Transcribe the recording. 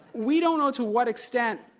we don't know to what extent,